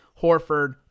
Horford